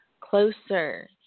closer